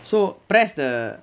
so press the